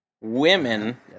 Women